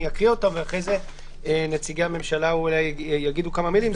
ואחרי זה נציגי הממשלה אולי יגידו כמה מילים.